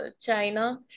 China